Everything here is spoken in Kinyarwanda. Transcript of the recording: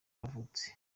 yavutse